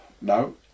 No